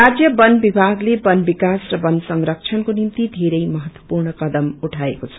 राज्य वन विभागले वन विकास र वन संरक्षणको निम्ति धेरै महत्वपूर्ण कदम उठाएको छ